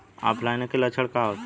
ऑफलाइनके लक्षण का होखे?